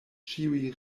ĉiuj